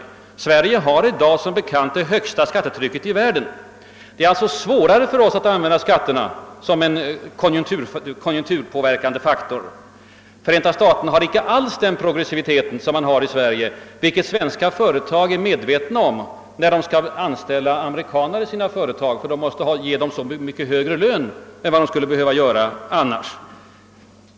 Sverige har i dag, som bekant, det högsta skattetrycket i världen. Det är alltså svårare för oss att använda skatterna som en konjunkturpåverkande faktor. Förenta staterna har inte alls den progressivitet som vi har i Sverige, vilket svenska företag får känna av när de skall anställa amerikaner. De måste ge dem mycket högre löner än de skulle behöva om våra skatter vore ungefär lika höga som Förenta staternas.